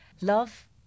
love